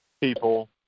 people